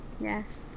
yes